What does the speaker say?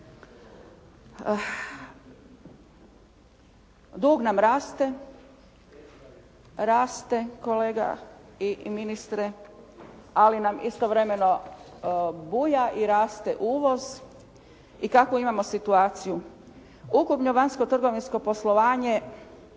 Dug nam raste, raste kolega i ministre ali nam istovremeno buja i raste uvoz. I kakvu imamo situaciju? Ukupno vanjsko-trgovinsko poslovanje